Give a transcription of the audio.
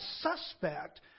suspect